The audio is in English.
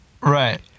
right